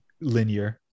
linear